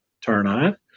turn-on